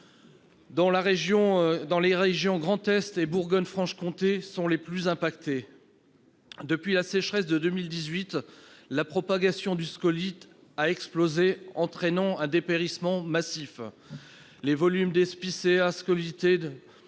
; les régions Grand Est et Bourgogne-Franche-Comté sont les plus frappées. En outre, depuis la sécheresse de 2018, la propagation du scolyte a explosé, entraînant un dépérissement massif. Les volumes d'épicéas scolytés